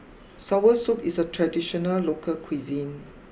Sour Soup is a traditional local cuisine